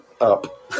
up